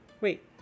wait